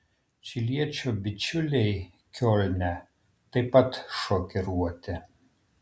čiliečio bičiuliai kiolne taip pat šokiruoti